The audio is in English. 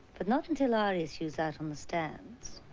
but not until our issue is out on the stands.